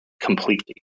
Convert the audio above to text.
completely